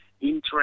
interest